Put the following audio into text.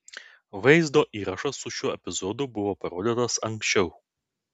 vaizdo įrašas su šiuo epizodu buvo parodytas anksčiau